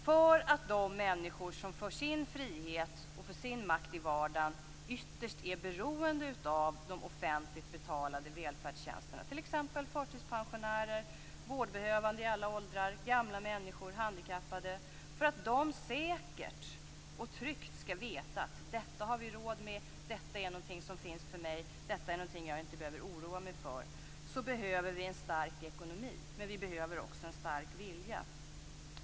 För att de människor som för sin frihet och makt i vardagen ytterst är beroende av de offentligt betalda välfärdstjänsterna, t.ex. förtidspensionärer, vårdbehövande i alla åldrar, gamla människor och handikappade, säkert och tryggt skall veta att vi har råd med detta, att detta är något som finns för dem och att de inte behöver oroa sig för detta, behöver vi en stark ekonomi. Men vi behöver också en stark vilja.